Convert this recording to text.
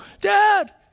Dad